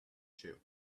shoe